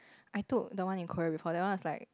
I took the one in Korea before that one was like